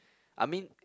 I mean